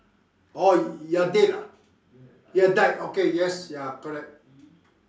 oh you're dead ah you've died okay yes ya correct